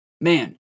man